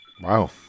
wow